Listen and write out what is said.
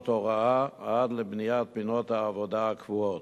הוראה עד לבניית פינות העבודה הקבועות.